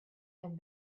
and